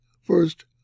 first